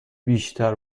بیشتر